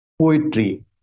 poetry